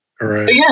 Right